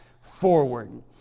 forward